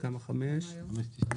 5.95 שקל.